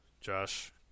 Josh